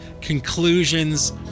conclusions